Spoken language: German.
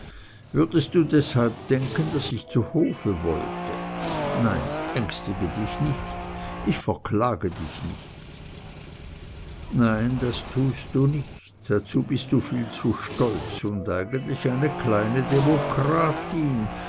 würdest du deshalb denken daß ich zu hofe wollte nein ängstige dich nicht ich verklage dich nicht nein das tust du nicht dazu bist du viel zu stolz und eigentlich eine kleine demokratin